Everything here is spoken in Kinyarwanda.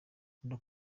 ikunda